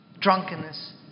drunkenness